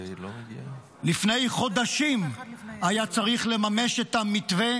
לפני חודשים היה צריך לממש את המתווה